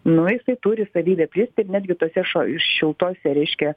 nu jisai turi savybę plisti ir netgi tose šo šiltose reiškia